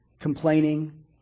complaining